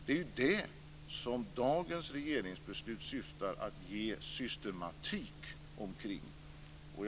Det är det som dagens regeringsbeslut syftar till att systematisera.